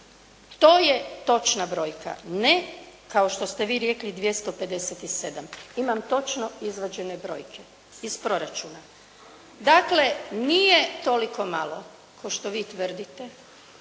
To je točna brojaka. Ne kao što ste vi rekli 257. Imam točno izvađene brojke iz proračuna. Dakle, nije toliko malo, kao što vi tvrdite.